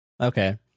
Okay